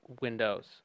windows